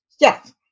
Yes